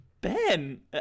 Ben